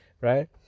Right